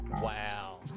Wow